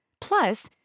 Plus